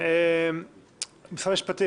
משרד המשפטים,